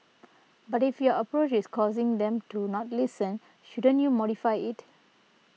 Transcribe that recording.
but if your approach is causing them to not listen shouldn't you modify it